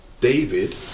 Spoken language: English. David